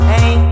Hey